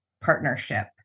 partnership